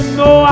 no